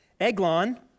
Eglon